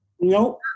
Nope